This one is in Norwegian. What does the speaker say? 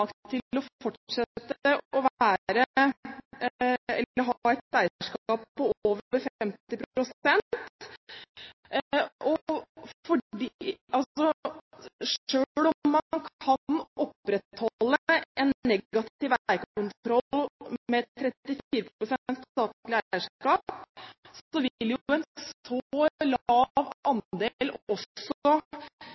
til å fortsette å ha et eierskap på over 50 pst. Selv om man kan opprettholde en negativ eierkontroll med 34 pst. statlig eierskap, vil jo en